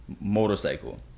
motorcycle